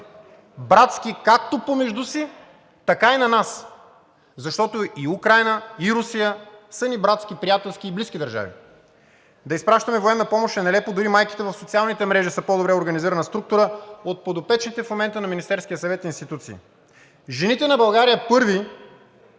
Братски както помежду си, така и на нас, защото и Украйна, и Русия са ни братски, приятелски и близки държави. Да изпращаме военна помощ е нелепо. Дори майки в социалните мрежи са по-добре организирана структура от подопечните в момента на Министерския съвет институции. Жените на България първи